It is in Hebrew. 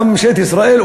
באה ממשלת ישראל,